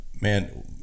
man